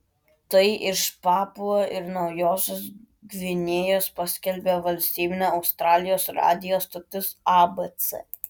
tai iš papua ir naujosios gvinėjos paskelbė valstybinė australijos radijo stotis abc